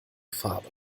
farbe